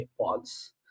pods